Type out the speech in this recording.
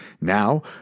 Now